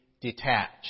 detached